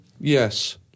Yes